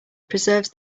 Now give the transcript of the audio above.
preserves